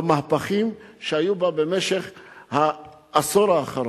המהפכים שהיו בה במשך העשור האחרון.